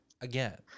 again